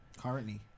Currently